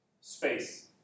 space